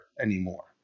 anymore